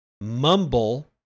Mumble